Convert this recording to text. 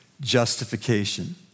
justification